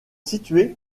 situées